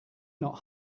not